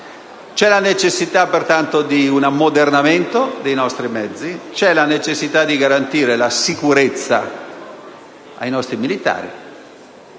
c'è la necessità di un ammodernamento dei nostri mezzi; c'è la necessità di garantire la sicurezza ai nostri militari.